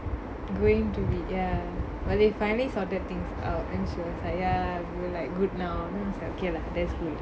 going to be ya but they finally sorted things out then she was like ya we are like good now then I was like okay lah that's good